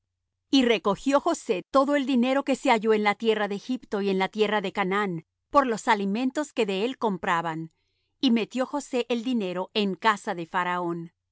y recogió josé todo el dinero que se halló en la tierra de egipto y en la tierra de canaán por los alimentos que de él compraban y metió josé el dinero en casa de faraón